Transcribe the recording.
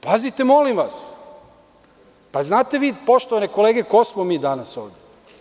Pazite, molim vas, jel vi znate, poštovane kolege, ko smo mi danas ovde?